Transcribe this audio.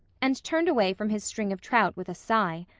and turned away from his string of trout with a sigh.